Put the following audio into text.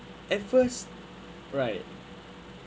at first right